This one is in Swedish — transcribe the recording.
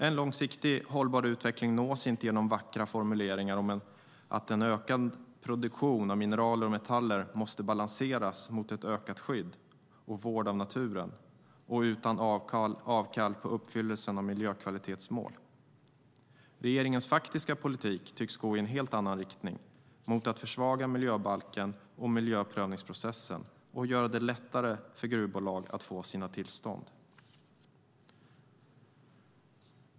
En långsiktigt hållbar utveckling nås inte genom vackra formuleringar om att ökande produktion av mineraler och metaller måste balanseras mot ett ökat skydd och vård av naturen och utan avkall på uppfyllelsen av miljökvalitetsmål. Regeringens faktiska politik tycks gå i en helt annan riktning - mot att försvaga miljöbalken och miljöprövningsprocessen och göra det lättare för gruvbolag att få sina tillstånd.